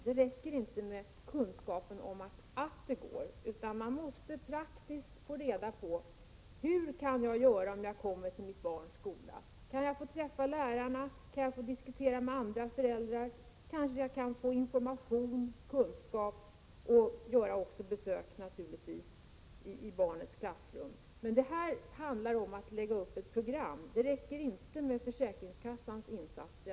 Det räcker inte med kunskapen om att det går att besöka skolan, utan man måste få reda på vad man i praktiken kan göra om man kommer till sitt barns skola. Föräldrarna måste veta om de kan få träffa lärarna, diskutera med andra föräldrar, kanske få information och kunskap och naturligtvis också om de får göra besök i barnets klassrum. Det handlar om att lägga upp ett program. Det räcker inte med försäkringskassans insatser.